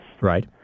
Right